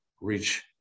reach